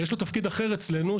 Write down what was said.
יש לו תפקיד אחר אצלנו,